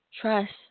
trust